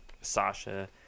Sasha